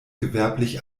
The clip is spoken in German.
gewerblich